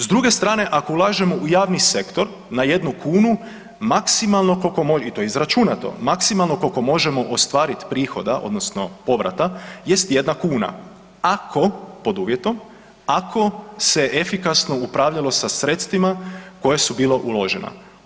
S druge strane ako ulažemo u javni sektor na jednu kunu maksimalno koliko možemo, i to je izračunato, maksimalno koliko možemo ostvariti prihoda odnosno povrata jest jedna kuna, ako pod uvjetom, ako se efikasno upravljalo sa sredstvima koja su bila uložena.